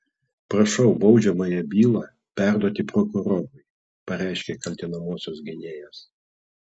prašau baudžiamąją bylą perduoti prokurorui pareiškė kaltinamosios gynėjas